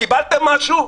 קיבלתם משהו?